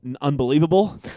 unbelievable